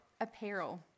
apparel